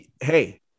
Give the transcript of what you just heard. hey